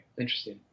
Interesting